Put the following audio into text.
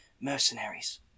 mercenaries